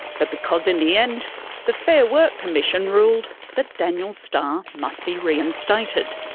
but because in the end the fair work commission ruled that daniel starr must be reinstated.